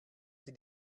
sie